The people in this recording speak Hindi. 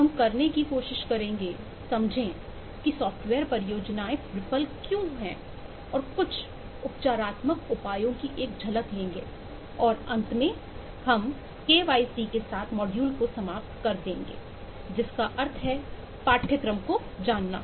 हम करने की कोशिश करेंगे समझें कि सॉफ्टवेयर परियोजनाएं विफल क्यों हैं और कुछ उपचारात्मक उपायों की एक झलक लेंगे और अंत में हम केवाईसी के साथ मॉड्यूल को समाप्त कर देंगे जिसका अर्थ है पाठ्यक्रम को जानना